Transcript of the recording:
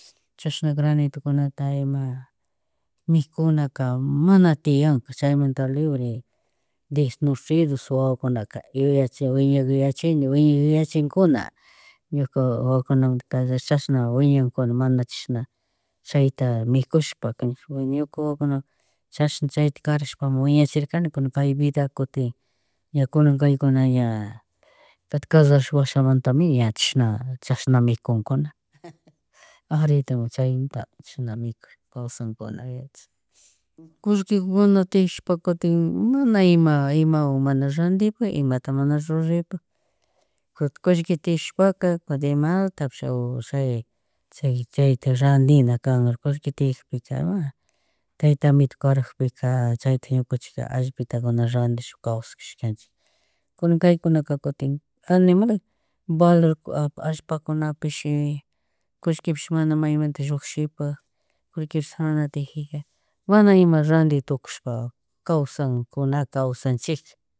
Chashna granitukunata ima mikuna ka mana tiyanka chaymanta libre, desnutrido wawakunaka yuyachi, wiñak yuyachini, wiñay yunachinkuna, ñuka wawakunamanta kallarish chashna wiñankuna mana chishna chayta mikushpaka, bueno ñuka wawakuna chashan cahyta karashpa wiñachirkani, kunan kay vida kutin ña kuna ña kuti kasharashpa washamanta mi ña washamantami chishna chashna mikunkuna aritakpa chaymunta chishna mikush kawsakuna yunachik. Kullki mana tiyashpaka, kutin mana ima, imawan mana randipuy imata mana rurapuk kutin kullki tiyuashpaka kutin imalatapish chay chay chay chayta randina kanga kullki tiyakpika ima tayta amito karakpika, chaytik ñukanchija allpitaguna randish kawshajashkanchik kunan kaykunaka kutin animal, valor, allpakunapishi, kullkipish mana maymanta llushipak, kullki mana tiyajika manaima randitukushpa kawsankunaka, kawsachijka.